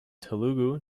telugu